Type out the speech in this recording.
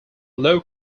low